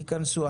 תכנסו.